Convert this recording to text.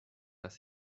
das